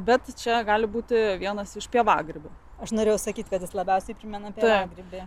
bet čia gali būti vienas iš pievagrybių aš norėjau sakyti kad jis labiausiai primena pievagrybį